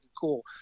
cool